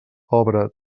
obra